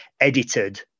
edited